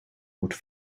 wordt